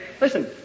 listen